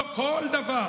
לא, כל דבר.